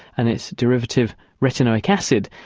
and its derivative retinoic acid,